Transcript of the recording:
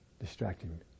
distracting